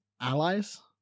allies